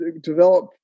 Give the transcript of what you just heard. develop